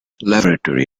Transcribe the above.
laboratory